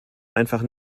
einfach